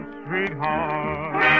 sweetheart